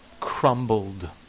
crumbled